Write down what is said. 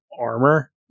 armor